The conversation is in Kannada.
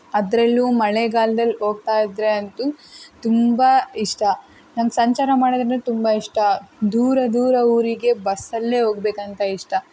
ಅದರಲ್ಲೂ ಮಳೆಗಾಲ್ದಲ್ಲಿ ಹೋಗ್ತಾ ಇದ್ದರೆ ಅಂತೂ ತುಂಬ ಇಷ್ಟ ನಂಗೆ ಸಂಚಾರ ಮಾಡೋದಂದರೆ ತುಂಬ ಇಷ್ಟ ದೂರ ದೂರ ಊರಿಗೆ ಬಸ್ಸಲ್ಲೇ ಹೋಗ್ಬೇಕಂತ ಇಷ್ಟ